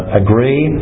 agree